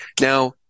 Now